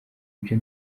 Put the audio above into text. ibyo